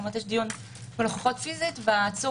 כלומר יש דיון בנוכחות פיזית והעצור